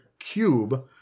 cube